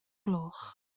gloch